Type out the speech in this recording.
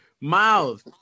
Miles